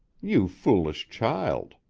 you foolish child.